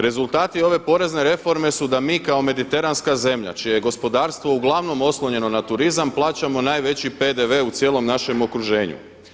Rezultati ove porezne reforme su da mi kao mediteranska zemlja čije je gospodarstvo uglavnom oslonjeno na turizam plaćamo najveći PDV u cijelom našem okruženju.